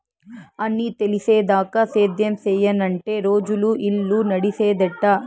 అన్నీ తెలిసేదాకా సేద్యం సెయ్యనంటే రోజులు, ఇల్లు నడిసేదెట్టా